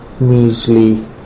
measly